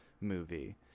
movie